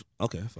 Okay